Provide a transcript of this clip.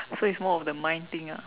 so it's more of the mind thing ah